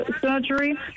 surgery